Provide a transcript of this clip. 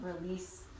release